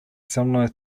similar